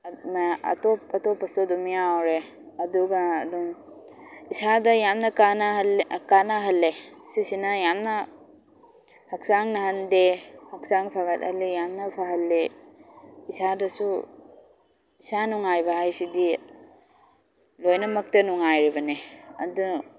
ꯅ ꯑꯇꯣꯞ ꯑꯇꯣꯞꯄꯁꯨ ꯑꯗꯨꯝ ꯌꯥꯎꯔꯦ ꯑꯗꯨꯒ ꯑꯗꯨꯝ ꯏꯁꯥꯗ ꯌꯥꯝꯅ ꯀꯥꯅꯍꯜꯂꯦ ꯁꯤꯁꯤꯅ ꯌꯥꯝꯅ ꯍꯛꯆꯥꯡ ꯅꯥꯍꯟꯗꯦ ꯍꯛꯆꯥꯡ ꯐꯒꯠꯍꯜꯂꯤ ꯌꯥꯝꯅ ꯐꯍꯜꯂꯤ ꯏꯁꯥꯗꯁꯨ ꯏꯁꯥ ꯅꯨꯡꯉꯥꯏꯕ ꯍꯥꯏꯁꯤꯗꯤ ꯂꯣꯏꯅꯃꯛꯇ ꯅꯨꯡꯉꯥꯏꯔꯤꯕꯅꯤ ꯑꯗꯨ